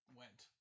went